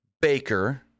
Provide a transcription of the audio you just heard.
Baker